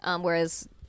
whereas